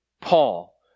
Paul